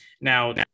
now